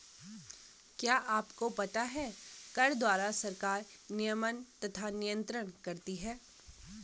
क्या आपको पता है कर द्वारा सरकार नियमन तथा नियन्त्रण करती है?